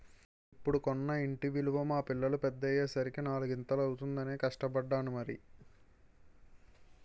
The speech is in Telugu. ఇప్పుడు కొన్న ఇంటి విలువ మా పిల్లలు పెద్దయ్యే సరికి నాలిగింతలు అవుతుందనే కష్టపడ్డాను మరి